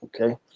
okay